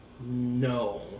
No